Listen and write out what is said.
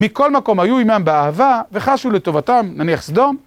מכל מקום, היו עימם באהבה, וחשו לטובתם, נניח סדום.